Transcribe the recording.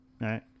Right